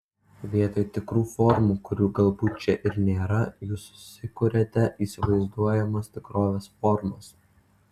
vietoj tikrų formų kurių galbūt čia ir nėra jūs susikuriate įsivaizduojamos tikrovės formas